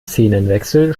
szenenwechsel